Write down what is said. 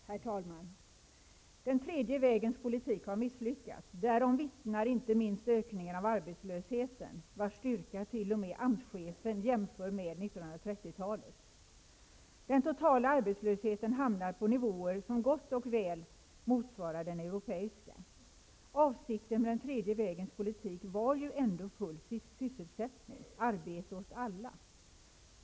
Herr talman! Den tredje vägens politik har misslyckats. Därom vittnar inte minst ökningen av arbetslösheten vars styrka t.o.m. AMS-chefen jämför med 1930-talets. Den totala arbetslösheten hamnar på nivåer som gott och väl motsvarar de europeiska. Avsikten med den tredje vägens politik var ju ändå full sysselsättning -- arbete åt alla.